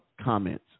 comments